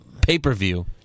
pay-per-view